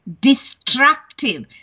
destructive